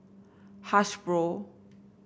hasbro